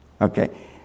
Okay